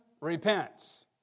repents